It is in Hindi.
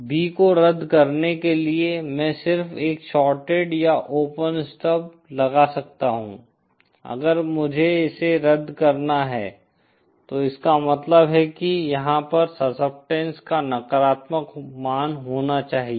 B को रद्द करने के लिए मैं सिर्फ एक शॉर्टेड या ओपन स्टब लगा सकता हूं अगर मुझे इसे रद्द करना है तो इसका मतलब है कि यहाँ पर सस्केपटेन्स का नकारात्मक मान होना चाहिए